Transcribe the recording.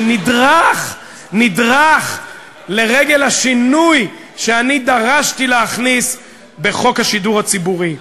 שנדרך לרגל השינוי שאני דרשתי להכניס בחוק השידור הציבורי,